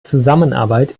zusammenarbeit